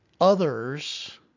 Others